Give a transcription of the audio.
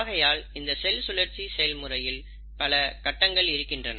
ஆகையால் இந்த செல் சுழற்சி செயல்முறையில் பல கட்டங்கள் இருக்கின்றன